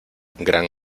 gran